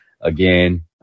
Again